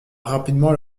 rapidement